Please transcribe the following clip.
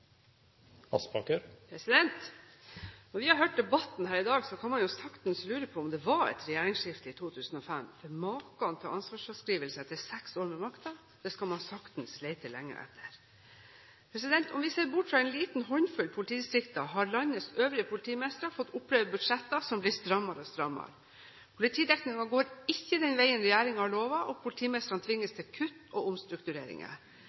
Når vi har hørt på debatten her i dag, kan man saktens lure på om det var et regjeringsskifte i 2005. For maken til ansvarsfraskrivelse etter seks år ved makten skal man lete lenge etter. Om vi ser bort fra en liten håndfull politidistrikter, har landets øvrige politimestere fått oppleve budsjetter som blir strammere og strammere. Politidekningen går ikke den veien regjeringen har lovet, og politimestrene tvinges til kutt og omstruktureringer.